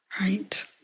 right